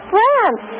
France